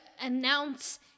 announce